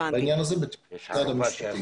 בעניין הזה בתיאום עם משרד המשפטים.